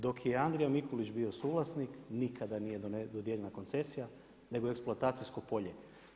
Dok je Andrija Mikulić bio suvlasnik nikada nije dodijeljena koncesija nego eksploatacijsko polje.